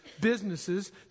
businesses